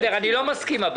אבל אני לא מסכים.